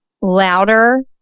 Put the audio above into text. louder